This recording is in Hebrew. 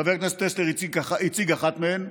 חבר הכנסת טסלר הציג אחת מהן.